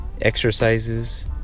exercises